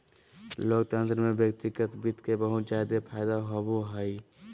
लोकतन्त्र में व्यक्तिगत वित्त के बहुत जादे फायदा होवो हय